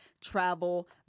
travel